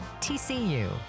TCU